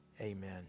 Amen